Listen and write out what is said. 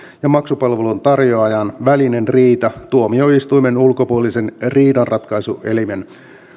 ja maksupalveluntar joajan välinen riita tuomioistuimen ulkopuolisen riidanratkaisuelimen